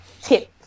tip